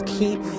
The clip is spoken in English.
keep